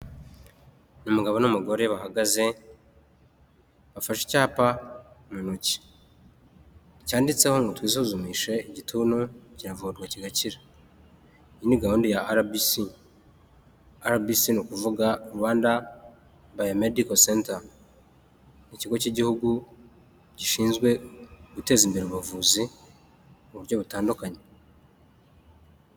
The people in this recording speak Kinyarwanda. Umugabo n'umugore bahagaze bafashe icyapa mu ntoki, cyanditseho ngo twisuzumishe igituntu kivurwa kigakira, iyi ni gahunda ya arabisi, arabisi ni ukuvuga Rwanda bayomedikoenta, ikigo cy'igihugu gishinzwe guteza imbere ubuvuzi mu buryo butandukanye